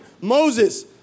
Moses